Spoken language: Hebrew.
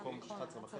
במקום 11:30